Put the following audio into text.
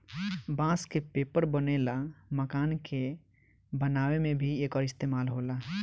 बांस से पेपर बनेला, मकान के बनावे में भी एकर इस्तेमाल होला